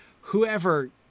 Whoever